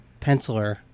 Penciler